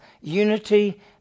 unity